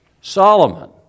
Solomon